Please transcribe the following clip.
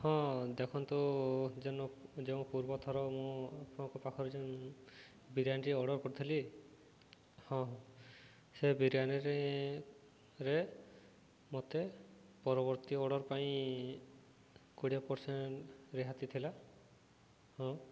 ହଁ ଦେଖନ୍ତୁ ଯେଉଁ ପୂର୍ବଥର ମୁଁ ଆପଣଙ୍କ ପାଖରେ ଯେଉଁ ବିରିୟାନୀଟି ଅର୍ଡର୍ କରିଥିଲି ହଁ ସେ ବିରିୟାନୀରେ ମୋତେ ପରବର୍ତ୍ତୀ ଅର୍ଡର୍ ପାଇଁ କୋଡ଼ିଏ ପରସେଣ୍ଟ ରିହାତି ଥିଲା ହଁ